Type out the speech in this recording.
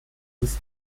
ließ